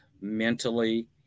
mentally